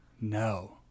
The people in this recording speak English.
No